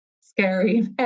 scary